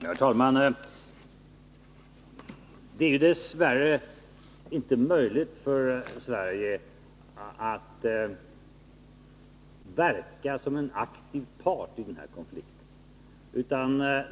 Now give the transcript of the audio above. Herr talman! Det är dess värre inte möjligt för Sverige att verka som en aktiv part i den här konflikten.